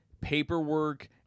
paperwork